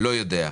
לא יודע.